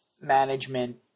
management